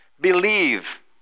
Believe